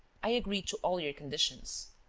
i agree to all your conditions.